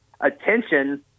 attention